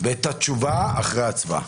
את התשובה תקבלו אחרי ההצבעה.